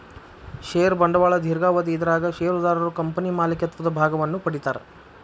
ಷೇರ ಬಂಡವಾಳ ದೇರ್ಘಾವಧಿ ಇದರಾಗ ಷೇರುದಾರರು ಕಂಪನಿ ಮಾಲೇಕತ್ವದ ಭಾಗವನ್ನ ಪಡಿತಾರಾ